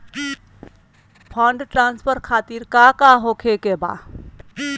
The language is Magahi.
फंड ट्रांसफर खातिर काका होखे का बा?